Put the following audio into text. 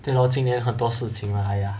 对 lor 今年很多事情 lah !aiya!